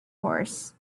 horse